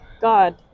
God